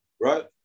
right